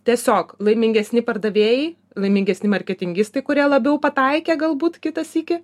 tiesiog laimingesni pardavėjai laimingesni marketingistai kurie labiau pataikė galbūt kitą sykį